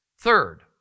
Third